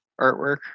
artwork